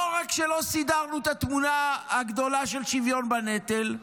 לא רק שלא סידרנו את התמונה הגדולה של שוויון בנטל,